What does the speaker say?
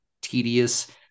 tedious